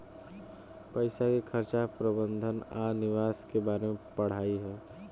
पईसा के खर्चा प्रबंधन आ निवेश के बारे में पढ़ाई ह